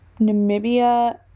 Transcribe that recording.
Namibia